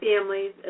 families